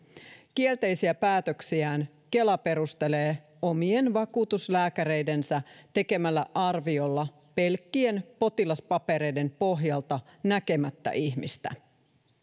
kielteisiä päätöksiään kela perustelee omien vakuutuslääkäreidensä tekemällä arviolla pelkkien potilaspapereiden pohjalta näkemättä ihmistä